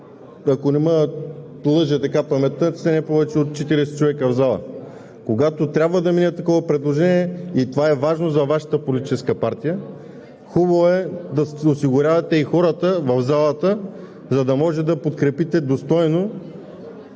Ако не ме лъже паметта, в залата не сте повече от 40 човека – когато трябва да мине такова предложение, и това е важно за Вашата политическа партия, хубаво е да осигурявате и хората в залата, за да можете да подкрепите достойно